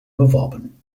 beworben